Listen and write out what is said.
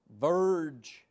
verge